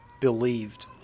believed